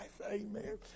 Amen